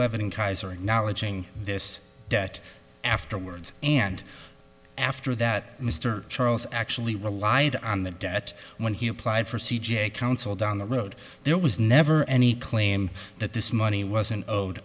leaven kaiser knowledge ing this debt afterwards and after that mr charles actually relied on the debt when he applied for c j counsel down the road there was never any claim that this money wasn't owed